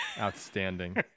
Outstanding